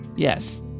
Yes